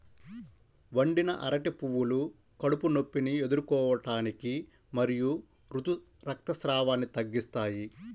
వండిన అరటి పువ్వులు కడుపు నొప్పిని ఎదుర్కోవటానికి మరియు ఋతు రక్తస్రావాన్ని తగ్గిస్తాయి